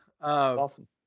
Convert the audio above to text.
Awesome